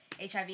HIV